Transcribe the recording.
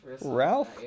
Ralph